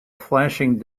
flashing